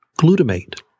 glutamate